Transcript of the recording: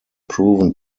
proven